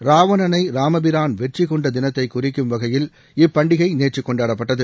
ராவணணை ராமபிரான் வெற்றிகொண்ட தினத்தை குறிக்கும் வகையில் இப்பண்டிகை நேற்று கொண்டாடப்பட்டது